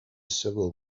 civil